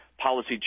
policy